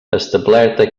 establerta